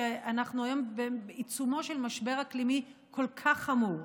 שאנחנו היום בעיצומו של משבר אקלימי כל כך חמור,